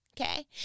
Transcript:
okay